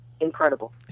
incredible